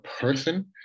person